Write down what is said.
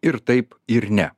ir taip ir ne